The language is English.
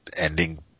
ending